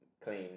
Clean